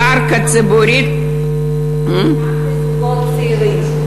קרקע ציבורית, וגם לזוגות צעירים.